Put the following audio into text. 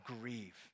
grieve